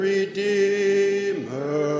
Redeemer